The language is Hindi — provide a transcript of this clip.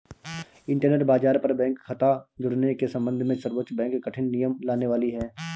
इंटरनेट बाज़ार पर बैंक खता जुड़ने के सम्बन्ध में सर्वोच्च बैंक कठिन नियम लाने वाली है